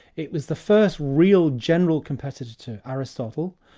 it was the first real general competitor to aristotle,